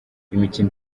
imikino